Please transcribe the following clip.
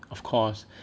of course